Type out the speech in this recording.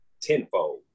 tenfold